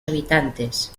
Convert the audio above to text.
habitantes